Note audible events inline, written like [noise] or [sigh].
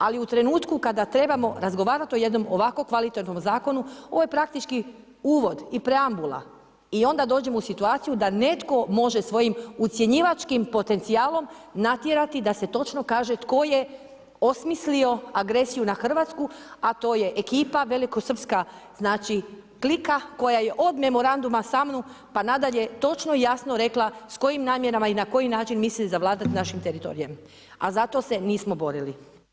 Ali u trenutku kada trebamo razgovarati o jednom ovako kvalitetnom zakonu, ovo je praktički uvod i preambula i onda dođemo u situaciju da netko može svojim ucjenjivačkim potencijalom natjerati da se točno kaže tko je osmislio agresiju na Hrvatsku a to je ekipa velikosrpska, znači … [unintelligible] koja je od memoranduma … [unintelligible] pa nadalje točno i jasno rekla s kojim namjerama i na koji način misli zavladati našim teritorijem a za to se nismo borili.